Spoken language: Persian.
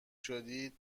شدید